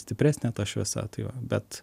stipresnė ta šviesa tai va bet